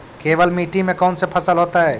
केवल मिट्टी में कौन से फसल होतै?